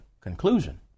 conclusion